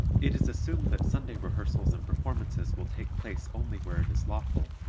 it is assumed that sunday rehearsals and performances will take place only where it is lawful,